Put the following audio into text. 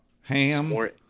ham